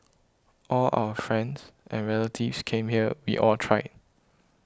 all our friends and relatives came here we all tried